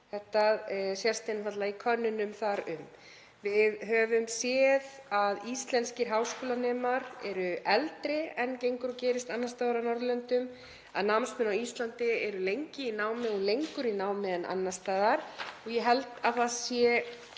Þetta sést einfaldlega í könnunum þar um. Við höfum séð að íslenskir háskólanemar eru eldri en gengur og gerist annars staðar á Norðurlöndum, að námsmenn á Íslandi eru lengi í námi og lengur í námi en annars staðar og ég held að það sé